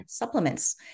supplements